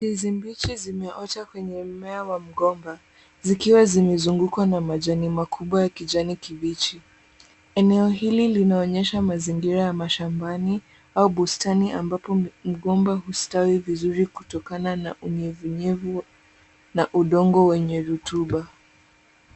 Ndizi mbichi umeota kwenye mmoea wa mgomba, zikiwa zimezungukwa na majani makubwa ya kijani kibichi. Eneo hili linaonyesha mazingira ya mashambani au bustani ambapo mgomba hustawi vizuri kutokana na unyevunyevu na udongo wenye vituba.